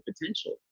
potential